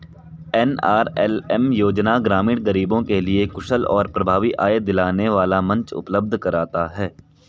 NRLM योजना ग्रामीण गरीबों के लिए कुशल और प्रभावी आय दिलाने वाला मंच उपलब्ध कराता है